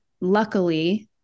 luckily